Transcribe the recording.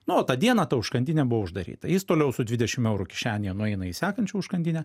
na o tą dieną ta užkandinė buvo uždaryta jis toliau su dvidešim eurų kišenėje nueina į sekančią užkandinę